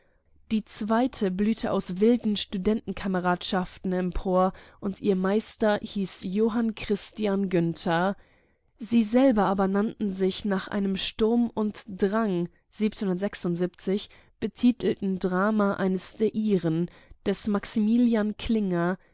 die zweite blühte aus wilden studentenkameradschaften empor und ihr meister hieß johann christian günther sie selber aber nannten sich nach einem sturm und drang betitelt drama eines der ihren des maximilian